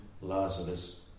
Lazarus